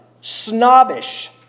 snobbish